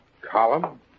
Column